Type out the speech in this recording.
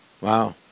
Wow